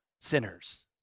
sinners